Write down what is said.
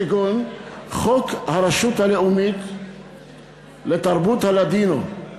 כגון חוק הרשות הלאומית לתרבות הלדינו,